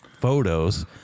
photos